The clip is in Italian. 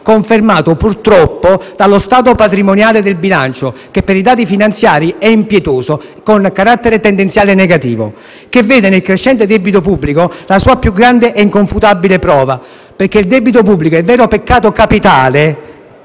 confermato purtroppo dallo stato patrimoniale del bilancio, che per i dati finanziari è impietoso, con carattere tendenziale negativo - che vede nel crescente debito pubblico la sua più grande e inconfutabile prova. Il debito pubblico è infatti il vero peccato capitale